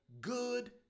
good